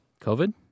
COVID